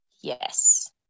Yes